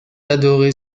adorée